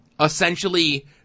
essentially